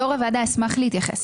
יו"ר הוועדה, אשמח להתייחס.